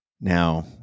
Now